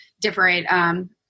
different